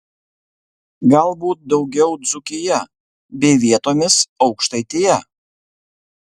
galbūt daugiau dzūkija bei vietomis aukštaitija